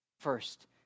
First